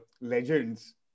legends